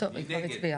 6 נמנעים